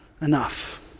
enough